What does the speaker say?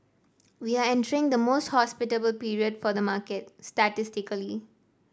we are entering the most hospitable period for the market statistically